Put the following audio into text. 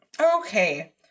Okay